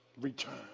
return